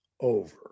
over